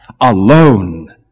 alone